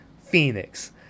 Phoenix